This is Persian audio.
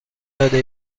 داده